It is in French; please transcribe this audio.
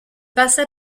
passa